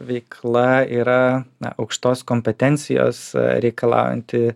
veikla yra aukštos kompetencijos reikalaujanti